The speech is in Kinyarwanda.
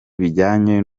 bijyanye